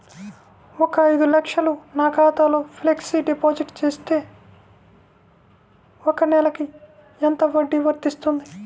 ఒక ఐదు లక్షలు నా ఖాతాలో ఫ్లెక్సీ డిపాజిట్ చేస్తే ఒక నెలకి ఎంత వడ్డీ వర్తిస్తుంది?